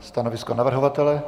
Stanovisko navrhovatele?